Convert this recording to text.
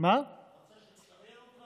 אתה רוצה שאני אשריין אותך?